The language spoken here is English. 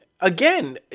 again